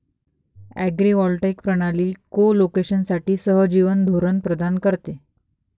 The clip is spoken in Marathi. अग्रिवॉल्टाईक प्रणाली कोलोकेशनसाठी सहजीवन धोरण प्रदान करते